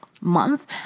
month